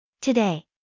Today